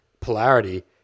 polarity